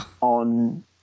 on